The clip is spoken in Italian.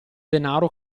denaro